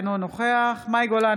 אינו נוכח מאי גולן,